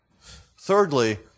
Thirdly